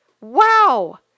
Wow